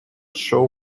show